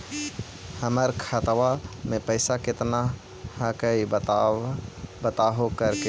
हमर खतवा में पैसा कितना हकाई बताहो करने?